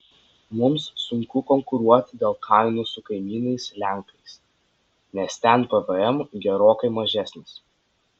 mums sunku konkuruoti dėl kainų su kaimynais lenkais nes ten pvm gerokai mažesnis